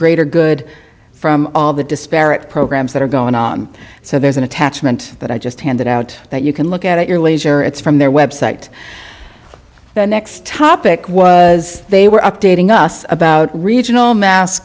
greater good from all the disparate programs that are going on so there's an attachment that i just handed out that you can look at your leisure it's from their website the next topic was they were updating us about regional mass